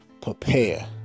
Prepare